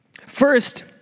First